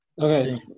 Okay